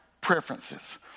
preferences